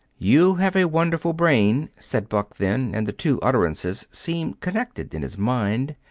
you have a wonderful brain, said buck then, and the two utterances seemed connected in his mind.